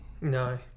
No